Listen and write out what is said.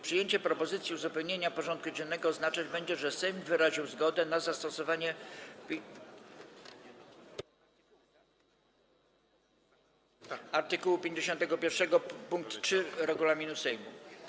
Przyjęcie propozycji uzupełnienia porządku dziennego oznaczać będzie, że Sejm wyraził zgodę na zastosowanie art. 51 pkt 3 regulaminu Sejmu.